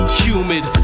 humid